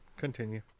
Continue